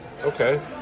Okay